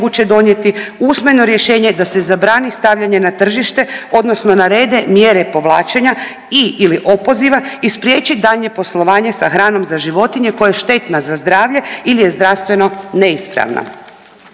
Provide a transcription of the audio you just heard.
moguće donijeti usmeno rješenje da se zabrani stavljanje na tržište, odnosno narede mjere povlačenja i/ili opoziva i spriječi daljnje poslovanje sa hranom za životinje koja je štetna za zdravlje ili je zdravstveno neispravna.